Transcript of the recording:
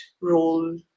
role